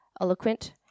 eloquent